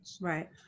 right